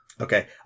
Okay